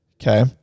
okay